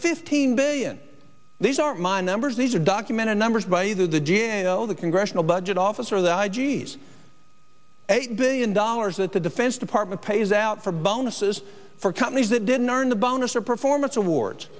fifteen billion these are my numbers these are documented numbers by either the g a o the congressional budget office or the high g s eight billion dollars that the defense department pays out for bonuses for companies that didn't earn the bonus or performance awards